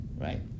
right